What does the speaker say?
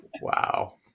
Wow